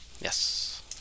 Yes